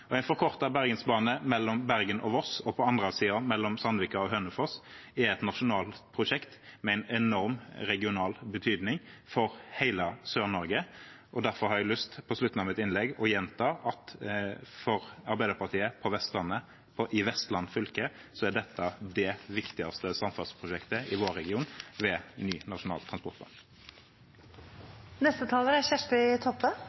hjemfylke. En forkortet bergensbane mellom Bergen og Voss – og på den andre siden mellom Sandvika og Hønefoss – er et nasjonalt prosjekt med en enorm regional betydning for hele Sør-Norge. Derfor har jeg, på slutten av mitt innlegg, lyst til å gjenta at for Arbeiderpartiet på Vestlandet, i Vestland fylke, er dette det viktigste samferdselsprosjektet i vår region ved ny nasjonal